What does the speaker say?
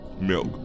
Milk